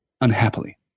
unhappily